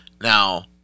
Now